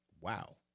Wow